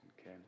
Okay